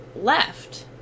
left